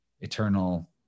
eternal